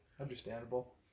Understandable